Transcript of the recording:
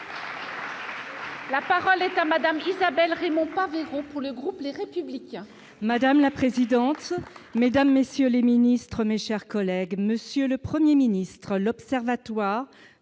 La parole est à madame, qui s'appelle Raymond pas vivront. Pour le groupe, les républicains. Madame la présidente, mesdames, messieurs les ministres, mes chers collègues monsieur le 1er ministre l'Observatoire